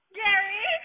gary